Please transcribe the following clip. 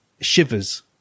shivers